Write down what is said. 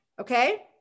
okay